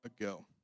ago